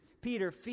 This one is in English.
Peter